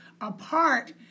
apart